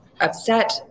upset